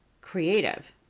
creative